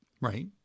Right